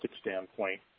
standpoint